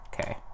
Okay